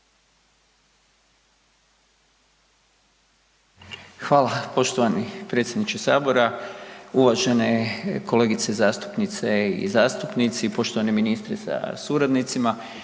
Hvala. Poštovani predsjedniče Sabora, uvažene kolegice zastupnice i zastupnici, poštovani ministre sa suradnicima.